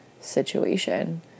situation